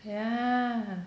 yeah